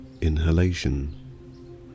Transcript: inhalation